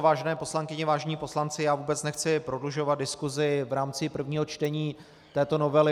Vážené poslankyně, vážení poslanci, vůbec nechci prodlužovat diskusi v rámci prvního čtení této novely.